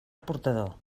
portador